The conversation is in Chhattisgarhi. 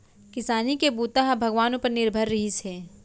किसानी के बूता ह भगवान उपर निरभर रिहिस हे